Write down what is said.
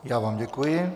Já vám děkuji.